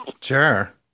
Sure